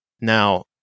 Now